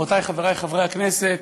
חברותי וחברי חברי הכנסת,